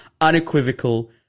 unequivocal